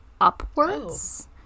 upwards